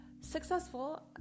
successful